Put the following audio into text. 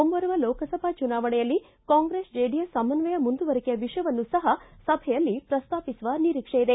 ಮುಂಬರುವ ಲೋಕಸಭಾ ಚುನಾವಣೆಯಲ್ಲಿ ಕಾಂಗ್ರೆಸ್ ಜೆಡಿಎಸ್ ಸಮನ್ನಯ ಮುಂದುವರಿಕೆಯ ವಿಷಯವನ್ನೂ ಸಹ ಸಭೆಯಲ್ಲಿ ಪ್ರಸ್ತಾಪಿಸುವ ನಿರೀಕ್ಷೆ ಇದೆ